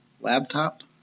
laptop